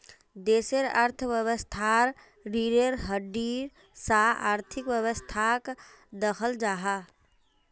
देशेर अर्थवैवास्थार रिढ़ेर हड्डीर सा आर्थिक वैवास्थाक दख़ल जाहा